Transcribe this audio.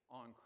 on